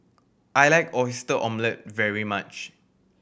I like Oyster Omelette very much